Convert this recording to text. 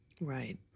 Right